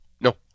No